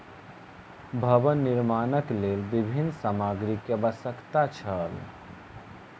भवन निर्माणक लेल विभिन्न सामग्री के आवश्यकता छल